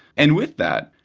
and with that,